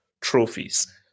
trophies